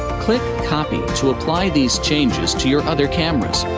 click copy, to apply these changes to your other cameras.